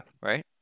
right